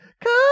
Come